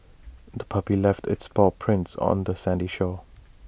the puppy left its paw prints on the sandy shore